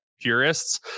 purists